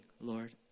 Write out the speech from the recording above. Lord